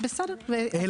אני